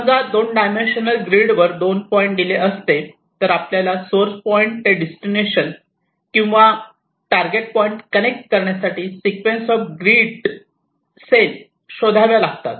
समजा 2 dimensional grid वर दोन पॉईंट दिले असते तर आपल्याला सोर्स पॉईंट ते डिस्टिलेशन किंवा टारगेट पॉईंट कनेक्ट करण्यासाठी sequence of of grid cell शोधाव्या लागतात